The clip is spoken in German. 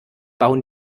bauen